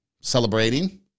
celebrating